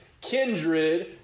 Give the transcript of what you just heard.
kindred